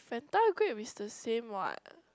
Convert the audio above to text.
fanta grape is the same what